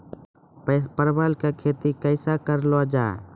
परवल की खेती कैसे किया जाय?